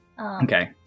Okay